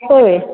होय